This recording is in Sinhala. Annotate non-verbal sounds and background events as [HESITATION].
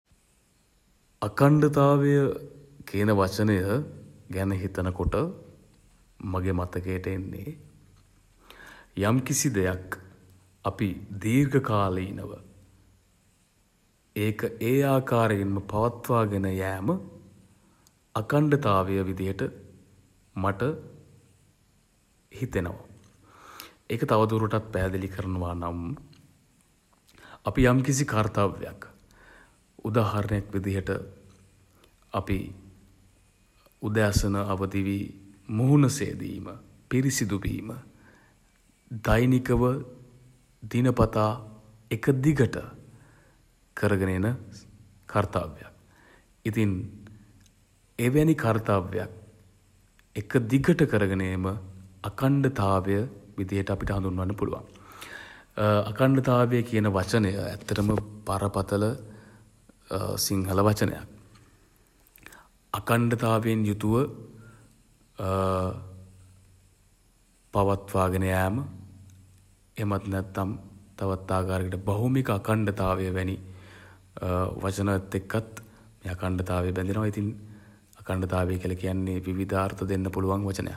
අඛණ්ඩතාවය [HESITATION] කියන වචනය [HESITATION] ගැන හිතන කොට [HESITATION] මගේ මතකයට එන්නේ [HESITATION] යම්කිසි දෙයක් [HESITATION] අපි [HESITATION] දීර්ඝ කාලීනව [HESITATION] ඒක [HESITATION] ඒ ආකාරයෙන්ම පවත්වා ගෙන යාම [HESITATION] අඛණ්ඩතාවය විදිහට [HESITATION] මට [HESITATION] හිතෙනවා. ඒක තව දුරටත් පැහැදිළි කරනවා නම් [HESITATION] අපි යම්කිසි කර්තව්‍යක් [HESITATION] උදාහරණයක් විදිහට [HESITATION] අපි [HESITATION] උදෑසන අවදි වී [HESITATION] මුහුණ සේදීම [HESITATION] පිරිසිදු වීම [HESITATION] දෛනිකව [HESITATION] දිනපතා [HESITATION] එක දිගට [HESITATION] කරගෙන එන කර්තව්‍යයක්. ඉතින් [HESITATION] එවැනි කර්තව්‍යක් [HESITATION] එක දිගට කරගෙන ඒම [HESITATION] අඛණ්ඩතාවය [HESITATION] විදියට අපිට හඳුන් වන්න පුළුවන් [HESITATION] අඛණ්ඩතාවය කියන වචනය [HESITATION] ඇත්තටම [HESITATION] බරපතල [HESITATION] සිංහල වචනයක් [HESITATION] අඛණ්ඩතාවයෙන් යුතුව [HESITATION] පවත්වා ගෙන යාම [HESITATION] එහෙමත් නැත්නම් [HESITATION] තවත් ආකාරයට [HESITATION] භෞමික අඛණ්ඩතාවය වැනි [HESITATION] වචනත් එක්කත් [HESITATION] මේ අඛණ්ඩතාවය බැඳෙනවා. ඉතින් [HESITATION] අඛණ්ඩතාවය කියල කියන්නේ විවිධ අර්ථ දෙන්න පුළුවන් වචනයක්.